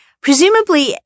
Presumably